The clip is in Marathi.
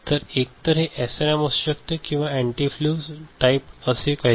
तर एकतर हे एसरॅम असू शकते किंवा अँटीफ्यूज टाइप असे काहीतरी